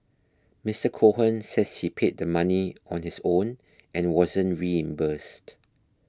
Mister Cohen says he paid the money on his own and wasn't reimbursed